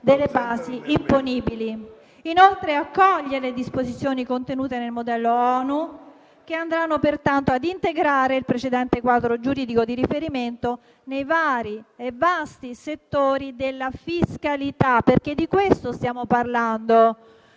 delle basi imponibili. Accoglie, inoltre, le disposizioni contenute nel modello ONU, che andranno, pertanto, a integrare il precedente quadro giuridico di riferimento nei vari e vasti settori della fiscalità perché di questo stiamo parlando.